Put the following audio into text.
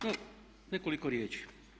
No, nekoliko riječi.